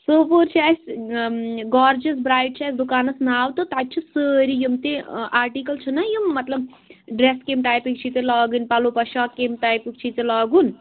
سوپوٗر چھِ اَسہِ گارجِس بَرٛایِڈ چھِ اَسہِ دُکانَس ناو تہٕ تَتہِ چھِ سٲری یِم تہِ آرٹیکَل چھِنا یِم مطلب ڈرٛٮ۪س کَمہِ ٹایپٕکۍ چھِ ژےٚ لاگٕنۍ پَلو پۅشاکھ کمہِ ٹایپٕکۍ چھِی ژےٚ لاگُن